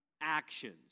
actions